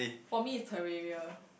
for me is Terraria